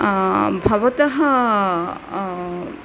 भवतः